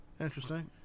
Interesting